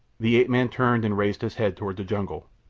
the ape-man turned and raised his head toward the jungle,